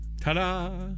Ta-da